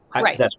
right